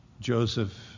Joseph